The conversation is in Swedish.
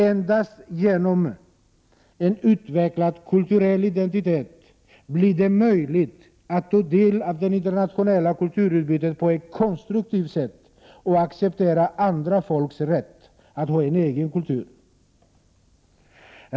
Enbart genom en utvecklad kulturell identitet blir det möjligt att ta del av det internationella kulturutbytet på ett konstruktivt sätt och acceptera andra folks rätt att ha en egen kultur.